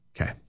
Okay